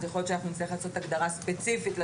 יכול להיות שנצטרך לעשות הגדרה ספציפית.